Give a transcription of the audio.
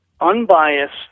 unbiased